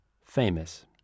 famous